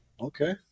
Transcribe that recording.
okay